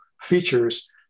features